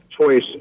choice